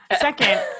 Second